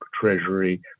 treasury